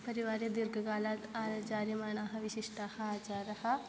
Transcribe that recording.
परिवारे दीर्घकालात् आ चार्यमाणाः विशिष्टाः आचाराः